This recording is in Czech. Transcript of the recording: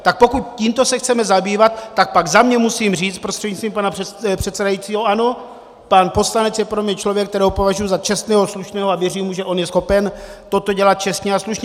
Tak pokud tímto se chceme zabývat, tak pak za sebe musím říct prostřednictvím pana předsedajícího ano, pan poslanec je pro mě člověk, kterého považuji za čestného a slušného, a věřím, že on je schopen toto dělat čestně a slušně.